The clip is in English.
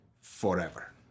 forever